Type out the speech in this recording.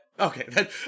Okay